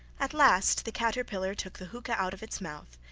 at last the caterpillar took the hookah out of its mouth,